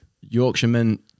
Yorkshiremen